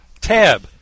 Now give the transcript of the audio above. Tab